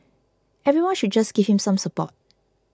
everybody should just give him some support